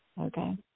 okay